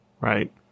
right